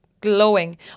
glowing